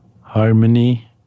harmony